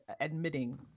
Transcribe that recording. admitting